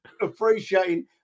appreciating